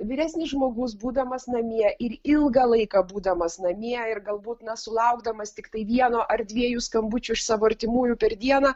vyresnis žmogus būdamas namie ir ilgą laiką būdamas namie ir galbūt na sulaukdamas tiktai vieno ar dviejų skambučių iš savo artimųjų per dieną